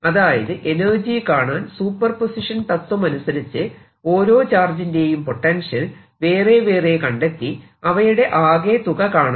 അതായത് എനർജി കാണാൻ സൂപ്പർപോസിഷൻ തത്വമനുസരിച്ച് ഓരോ ചാർജിന്റെയും പൊട്ടൻഷ്യൽ വേറെ വേറെ കണ്ടെത്തി അവയുടെ അകെ തുക കാണണം